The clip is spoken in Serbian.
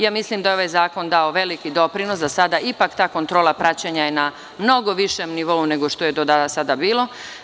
Ja mislim da je ovaj zakon dao veliki doprinos, da je sada ipak ta kontrola praćenja na mnogo višem nivou nego što je do sada bilo.